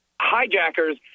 hijackers